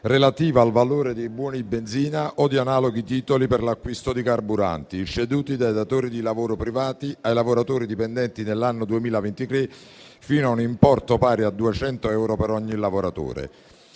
relativo al valore dei buoni benzina o di analoghi titoli per l'acquisto di carburanti ceduti dai datori di lavoro privati ai lavoratori dipendenti nell'anno 2023, fino a un importo pari a 200 euro per ogni lavoratore.